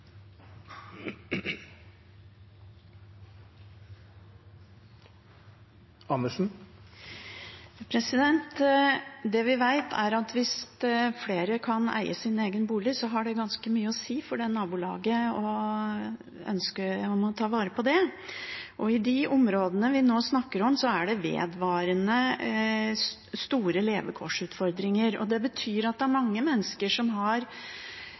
at hvis flere kan eie sin egen bolig, har det ganske mye å si for nabolaget og ønsket om å ta vare på det. I de områdene vi nå snakker om, er det vedvarende store levekårsutfordringer. Det betyr at det er mange mennesker som ikke er blant de aller fattigste, men som har